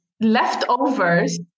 leftovers